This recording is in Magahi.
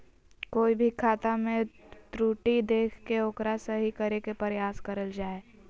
कोय भी खाता मे त्रुटि देख के ओकरा सही करे के प्रयास करल जा हय